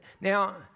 Now